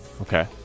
Okay